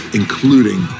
including